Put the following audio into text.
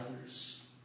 others